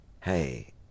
hey